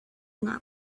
not